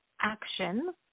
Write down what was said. action